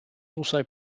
also